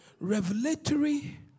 Revelatory